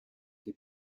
des